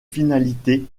finalité